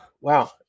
wow